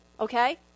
Okay